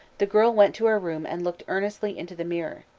the girl went to her room and looked earnestly into the mirror.